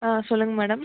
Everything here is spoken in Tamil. ஆ சொல்லுங்கள் மேடம்